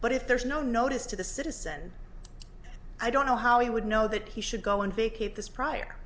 but if there's no notice to the citizen i don't know how he would know that he should go and vacate this prior